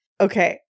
Okay